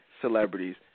celebrities